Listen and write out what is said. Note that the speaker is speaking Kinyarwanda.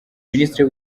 minisitiri